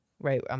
right